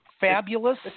fabulous